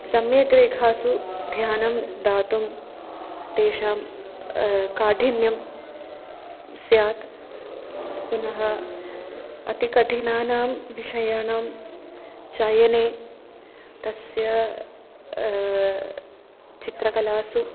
सम्यक् रेखासु ध्यानं दातुं तेषां काठिन्यं स्यात् पुनः अतिकठिनानां विषयाणां चयने तस्य चित्रकलासु